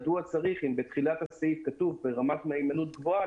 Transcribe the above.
אם בתחילת הסעיף כתוב "ברמת מהימנות גבוהה",